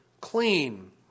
clean